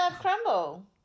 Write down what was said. crumble